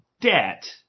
debt